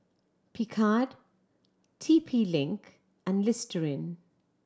Picard T P Link and Listerine